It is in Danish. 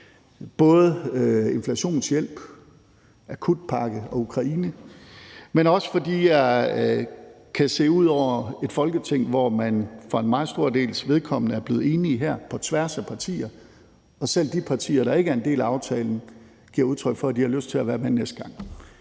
både inflationshjælp, akutpakke og Ukraine, men også fordi jeg kan se ud over et Folketing, hvor man for en meget stor dels vedkommende er blevet enige her på tværs af partier, og selv de partier, der ikke er en del af aftalen, giver udtryk for, at de har lyst til at være med næste gang.